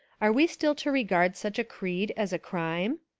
are we still to re gard such a creed as a crime?